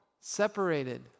separated